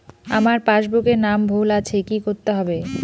আমার পাসবুকে নাম ভুল আছে কি করতে হবে?